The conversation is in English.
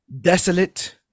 desolate